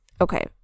okay